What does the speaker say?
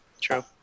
True